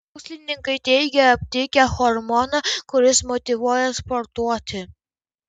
mokslininkai teigia aptikę hormoną kuris motyvuoja sportuoti